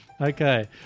Okay